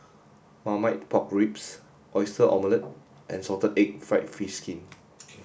marmite pork ribs oyster omelette and salted egg fried fish skin